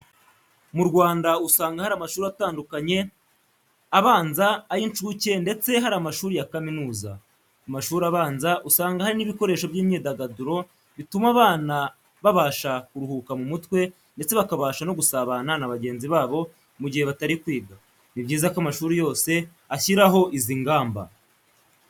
Mu Rwanda usanga hari amashuri atandukanye abanza, ay'incuke ndetse hari amashuri ya kaminuza. Ku mashuri abanza usanga hari n'ibikoresho by'imyidagaduro, bituma abana babasha kuruhuka mu mutwe ndetse bakabasha no gusabana na bagenzi babo mugihe batari kwiga. Nibyiza ko amashuri yose ashyiraho izi ngamba.